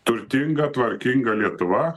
turtinga tvarkinga lietuva